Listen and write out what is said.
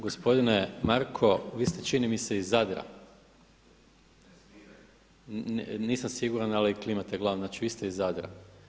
Gospodine Marko, vi ste čini mi se iz Zadra, nisam siguran ali klimate glavom, znači vi ste iz Zadra.